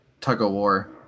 tug-of-war